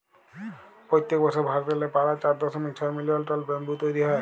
পইত্তেক বসর ভারতেল্লে পারায় চার দশমিক ছয় মিলিয়ল টল ব্যাম্বু তৈরি হ্যয়